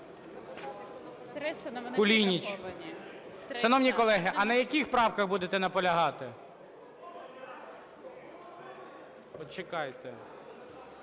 Кулініч. Шановні колеги, а на яких правках будете наполягати? Фріс